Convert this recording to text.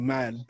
Man